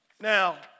Now